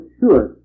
sure